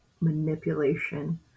manipulation